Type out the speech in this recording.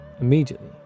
immediately